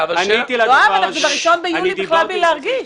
יואב, אנחנו ב-1 ביולי בכלל בלי להרגיש.